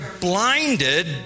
blinded